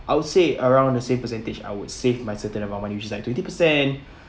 I would say around the same percentage I would save my certain amount money which is like twenty percent